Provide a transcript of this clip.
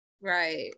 Right